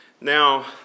Now